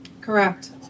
Correct